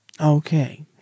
Okay